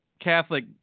Catholic